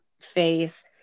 face